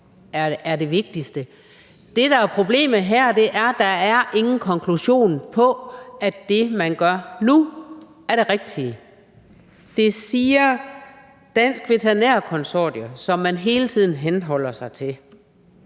er det vigtigste. Det, der er problemet her, er, at der ingen konklusion er på, at det, man gør nu, er det rigtige. Det siger Dansk Veterinær Konsortium, som man hele tiden henholder sig til.